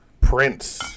prince